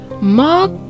mark